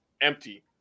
empty